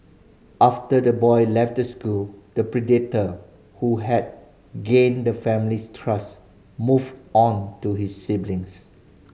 after the boy left the school the predator who had gained the family's trust moved on to his siblings